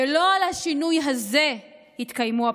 ולא על השינוי הזה התקיימו הבחירות,